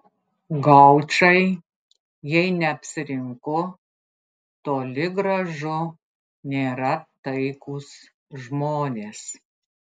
gaučai jei neapsirinku toli gražu nėra taikūs žmonės